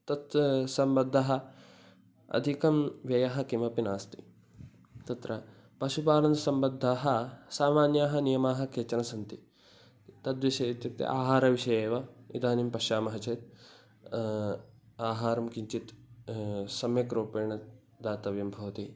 तत् सम्बद्धः अधिकं व्ययः किमपि नास्ति तत्र पशुपालनसम्बद्धाः सामान्याः नियमाः केचन सन्ति तद्विषये इत्युक्ते आहारविषये वा इदानीं पश्यामः चेत् आहारः किञ्चित् सम्यक् रूपेण दातव्यः भवति